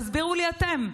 תסבירו לי אתם,